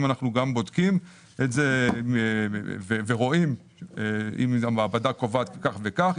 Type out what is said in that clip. אנחנו גם בודקים ורואים אם המעבדה קובעת כך וכך,